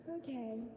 okay